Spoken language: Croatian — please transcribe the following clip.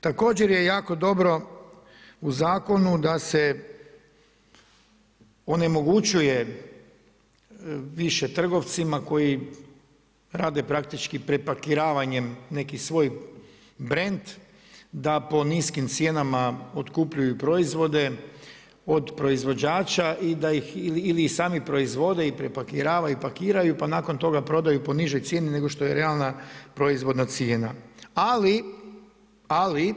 Također je jako dobro u zakonu da se onemogućuju više trgovcima koji rade praktički prepakiravanjem neki svoj brand da po niskim cijenama otkupljuju proizvode od proizvođača i da ih ili sami proizvode i prepakiravaju, pakiraju pa nakon toga prodaju po nižoj cijeni nego što je realna proizvodna cijena ali